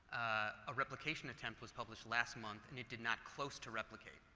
a replication attempt was published last month and it did not close to replicate,